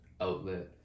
outlet